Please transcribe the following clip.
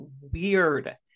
weird